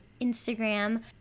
Instagram